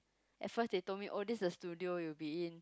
at first they told me oh this is the studio you will be in